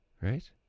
Right